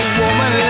woman